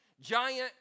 giant